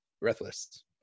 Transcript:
Breathless